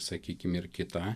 sakykim ir kita